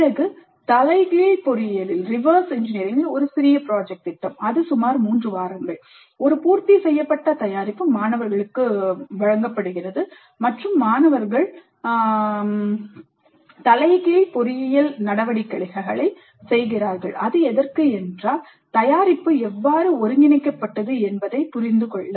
பிறகு தலைகீழ் பொறியியலில் ஒரு சிறிய திட்டம் அது சுமார் 3 வாரங்கள் ஒரு பூர்த்தி செய்யப்பட்ட தயாரிப்பு மாணவர்களுக்கு வழங்கப்படுகிறது மற்றும் மாணவர்கள் தலைகீழ் பொறியியல் நடவடிக்கைகளை செய்கிறார்கள் அது எதற்கு என்றால் தயாரிப்பு எவ்வாறு ஒருங்கிணைக்கப்பட்டது என்பதைப் புரிந்து கொள்ள